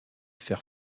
fer